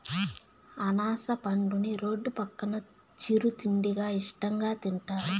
అనాస పండుని రోడ్డు పక్కన చిరు తిండిగా ఇష్టంగా తింటారు